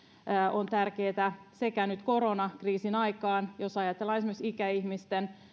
on tärkeää sekä nyt koronakriisin aikaan jos ajatellaan esimerkiksi ikäihmisten